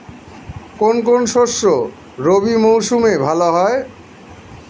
কোন কোন শস্য রবি মরশুমে ভালো হয়?